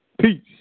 Peace